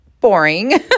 boring